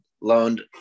loaned